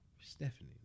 Stephanie